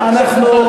אנחנו,